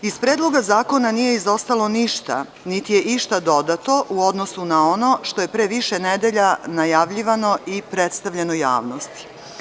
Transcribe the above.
Iz Predloga zakona nije izostalo ništa, niti je išta dodato u odnosu na ono što je pre više nedelja najavljivano i predstavljeno javnosti.